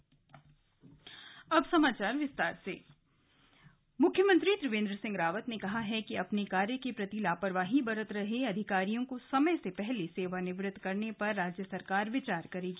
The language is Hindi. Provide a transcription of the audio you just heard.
स्लग सीएम लोकार्पण मुख्यमंत्री त्रिवेंद्र सिंह रावत ने कहा है कि अपने कार्य के प्रति लापरवाही बरत रहे अधिकारियों को समय से पहले सेवानिवृत्त करने पर राज्य सरकार विचार करेगी